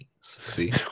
See